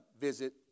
visit